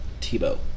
Tebow